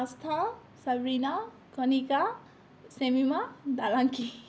আস্থা চবৰিনা কণিকা শ্ৱেমিমা দাৰাংকি